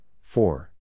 four